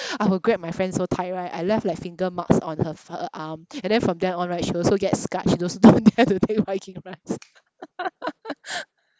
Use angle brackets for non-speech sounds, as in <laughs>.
I will grab my friend so tight right I left like finger marks on her f~ her arm and then from then on right she also get scarred she don't dare to take viking rides <laughs>